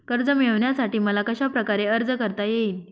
कर्ज मिळविण्यासाठी मला कशाप्रकारे अर्ज करता येईल?